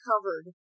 covered